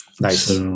Nice